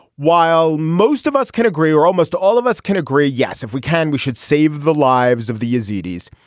while most of us can agree or almost all of us can agree yes if we can we should save the lives of the yazidis.